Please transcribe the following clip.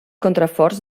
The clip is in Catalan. contraforts